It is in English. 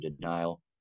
denial